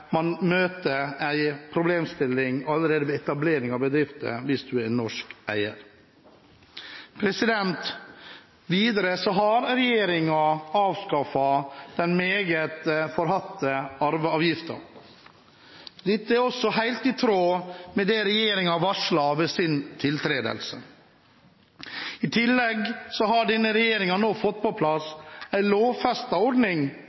man møter en problemstilling allerede ved etablering av bedriften hvis man er norsk eier. Videre har regjeringen avskaffet den meget forhatte arveavgiften. Dette er også helt i tråd med det regjeringen varslet ved sin tiltredelse. I tillegg har denne regjeringen nå fått på plass en lovfestet ordning